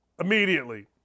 immediately